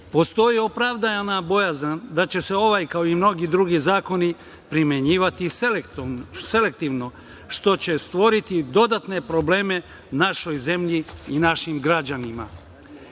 svrhe. Postoji opravdana bojazan da će se ovaj, kao i mnogi drugi zakoni, primenjivati selektivno, što će stvoriti dodatne probleme našoj zemlji i našim građanima.